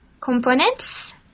components